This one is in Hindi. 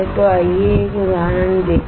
तो आइए एक उदाहरण देखें